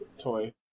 toy